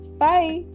bye